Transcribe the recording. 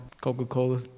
Coca-Cola